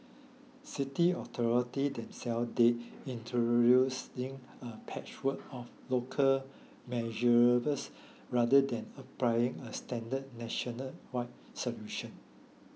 city authorities themselves dread introducing a patchwork of local measures rather than applying a standard national wide solution